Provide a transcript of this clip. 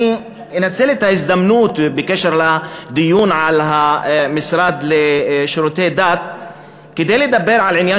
אני אנצל את ההזדמנות של הדיון על המשרד לשירותי דת כדי לדבר על עניין